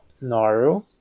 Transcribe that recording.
Naru